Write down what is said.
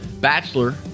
Bachelor